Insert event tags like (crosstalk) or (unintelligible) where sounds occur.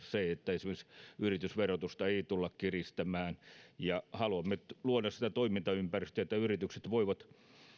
(unintelligible) se että esimerkiksi yritysverotusta ei tulla kiristämään haluamme luoda sitä toimintaympäristöä että yritykset voivat